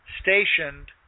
stationed